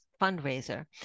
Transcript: fundraiser